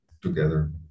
together